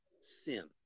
sin